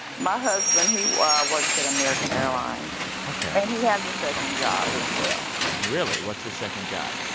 my husband he works works at american airlines ok and he has a second job, as well really? what's his second job?